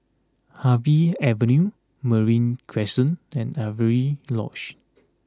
Harvey Avenue Marine Crescent and Avery Lodge